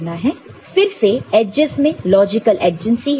फिर से एजस में लॉजिकल एडजेंसी है